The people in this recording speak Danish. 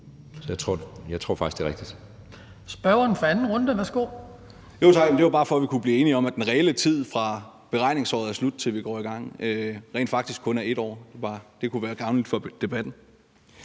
runde. Værsgo. Kl. 19:14 Thomas Skriver Jensen (S): Tak. Jamen det var bare, for at vi kunne blive enige om, at den reelle tid, fra beregningsåret er slut, til vi går i gang, rent faktisk kun er 1 år. Det kunne bare være gavnligt for debatten.